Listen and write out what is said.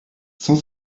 cent